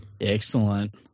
Excellent